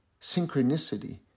synchronicity